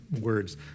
words